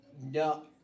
no